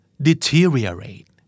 Deteriorate